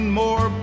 more